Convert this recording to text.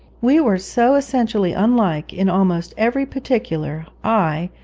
we were so essentially unlike in almost every particular i,